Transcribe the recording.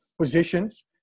positions